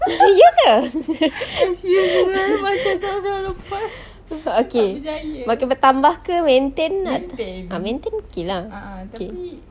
ya ke okay makin bertambah ke maintain ata~ ah maintain okay lah okay